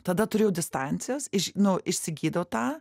tada turėjau distancijas iš nu išsigydau tą